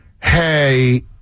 hey